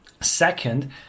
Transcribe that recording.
Second